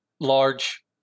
Large